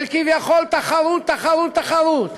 של כביכול תחרות, תחרות, תחרות.